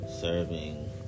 serving